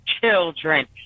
children